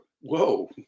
Whoa